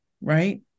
right